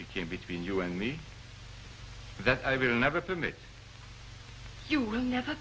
became between you and me that i've never been that you will never